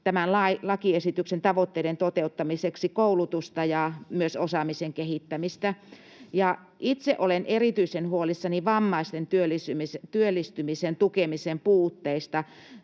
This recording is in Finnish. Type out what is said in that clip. tämän lakiesityksen tavoitteiden toteuttamiseksi koulutusta ja myös osaamisen kehittämistä. Itse olen erityisen huolissani vammaisten työllistymisen tukemisen puutteista.